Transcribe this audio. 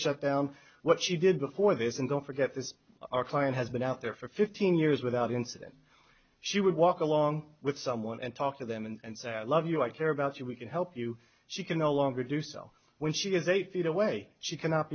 shutdown what she did before this and don't forget this our client has been out there for fifteen years without incident she would walk along with someone and talk to them and say i love you i care about you we can help you she can no longer do so when she is eight feet away she cannot